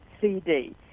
CD